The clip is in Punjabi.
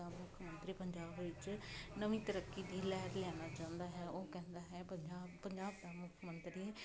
ਦਾ ਮੁੱਖ ਮੰਤਰੀ ਪੰਜਾਬ ਵਿੱਚ ਨਵੀਂ ਤਰੱਕੀ ਦੀ ਲਹਿਰ ਲਿਆਉਣਾ ਚਾਹੁੰਦਾ ਹੈ ਉਹ ਕਹਿੰਦਾ ਹੈ ਪੰਜਾਬ ਪੰਜਾਬ ਦਾ ਮੁੱਖ ਮੰਤਰੀ